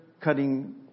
cutting